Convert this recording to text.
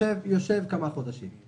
יושב כמה חודשים.